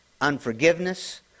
unforgiveness